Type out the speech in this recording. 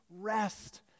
rest